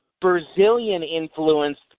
Brazilian-influenced